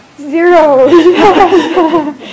Zero